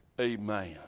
Amen